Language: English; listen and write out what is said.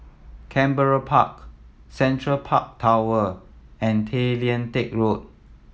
Canberra Park Central Park Tower and Tay Lian Teck Road